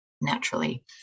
naturally